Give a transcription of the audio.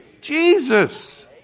Jesus